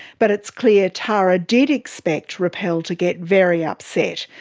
but it's clear tara did expect rappel to get very upset,